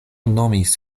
nomis